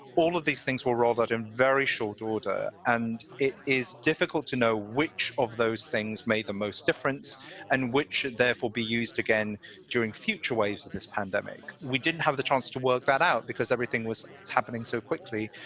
all of these things were rolled out in very short order. and it is difficult to know which of those things made the most difference and which should therefore be used again during future waves of this pandemic. we didn't have the chance to work that out because everything was happening so quickly.